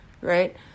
right